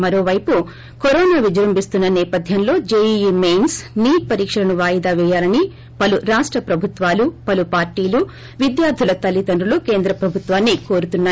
మరోపైపు కరోనా విజృంభిస్తున్న సేపథ్యంలో జేఈఈ మెయిన్స్ నీట్ పరీక్షలను వాయిదా వేయాలని పలు రాష్ట ప్రభుత్వాలు పలు పార్టీలు విద్యార్థుల తల్లిదండ్రులు కేంద్ర ప్రభుత్వాన్ని కోరుతున్నాయి